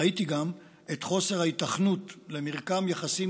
ראיתי גם את חוסר ההיתכנות למרקם יחסים